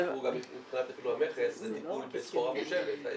אבל -- גם מבחינת המכס זה טיפול בסחורה מושאלת,